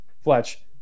Fletch